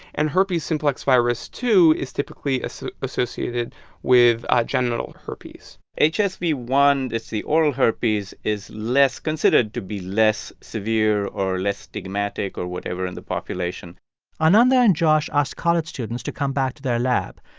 and herpes simplex virus two is typically so associated with genital herpes hsv one, that's the oral herpes, is less considered to be less severe or less stigmatic or whatever in the population ananda and josh asked college students to come back to their lab.